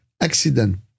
accident